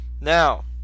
Now